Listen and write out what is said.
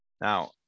now